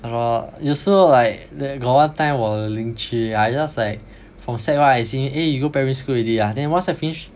I don't know ah 有时候 like there got one time 我 I just like from sec one I see eh you go primary school already ah then once I finish